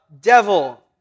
devil